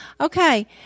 Okay